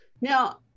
Now